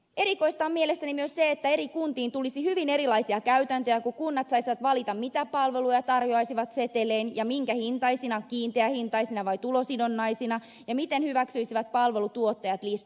erikoista on mielestäni myös se että eri kuntiin tulisi hyvin erilaisia käytäntöjä kun kunnat saisivat valita mitä palveluja tarjoaisivat setelein ja minkä hintaisina kiinteähintaisina vai tulosidonnaisina ja miten hyväksyisivät palveluntuottajat listalleen